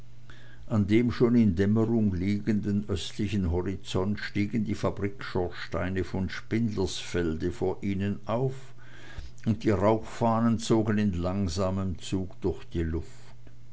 an dem schon in dämmerung liegenden östlichen horizont stiegen die fabrikschornsteine von spindlersfelde vor ihnen auf und die rauchfahnen zogen in langsamem zuge durch die luft